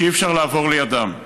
שאי-אפשר לעבור לידם.